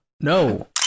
No